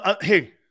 Hey